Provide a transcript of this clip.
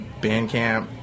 Bandcamp